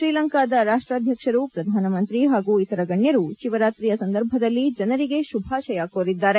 ಶ್ರೀಲಂಕಾದ ರಾಷ್ಲಾಧ್ಯಕ್ಷರು ಪ್ರಧಾನಮಂತ್ರಿ ಹಾಗೂ ಇತರ ಗಣ್ಣರು ಶಿವರಾತ್ರಿಯ ಸಂದರ್ಭದಲ್ಲಿ ಜನರಿಗೆ ಶುಭಾಶಯ ಕೋರಿದ್ಲಾರೆ